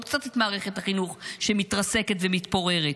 קצת את מערכת החינוך שמתרסקת ומתפוררת.